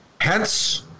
Hence